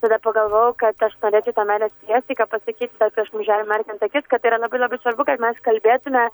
tada pagalvojau kad aš norėčiau tą meilės priesaiką pasakyt prieš užemerkiant akis kad yra labai labai svarbu kad mes kalbėtume